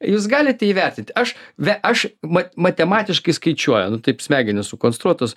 jūs galite įvertinti aš ve aš ma matematiškai skaičiuoju nu taip smegenys sukonstruotos